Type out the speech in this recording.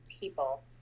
people